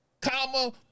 comma